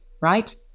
right